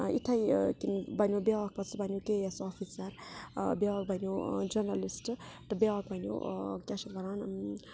یِتھَے کِنۍ بَنیو بیٛاکھ پَتہٕ سُہ بَنیو کے اے ایس آفِسَر بیٛاکھ بَنیو جٔرنٛلِسٹ تہٕ بیٛاکھ بَنیو کیٛاہ چھِ اَتھ وَنان